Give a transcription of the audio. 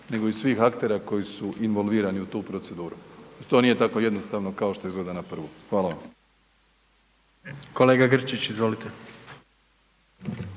nego i svih aktera koji su involvirani u tu proceduru. to nije tako jednostavno kao što izgleda na prvu. Hvala vam. **Jandroković,